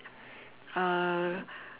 uh